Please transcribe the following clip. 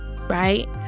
right